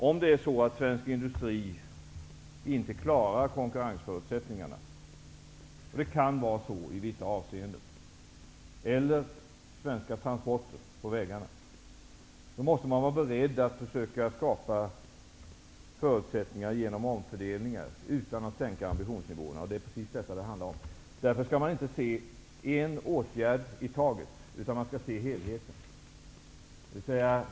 Om svensk industri inte klarar konkurrensförutsättningarna -- och det kan vara så i vissa avseenden -- eller svenska transporter på vägarna, måste man vara beredd att försöka skapa förutsättningar genom omfördelningar utan att därmed sänka ambitionsnivån. Det är precis detta det handlar om. Därför skall man inte se på en åtgärd i taget, utan man skall se helheten.